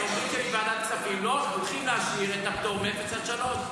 אומרים שבוועדת הכספים הולכים להשאיר את הפטור מאפס עד שלוש.